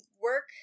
work